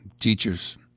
teachers